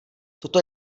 toto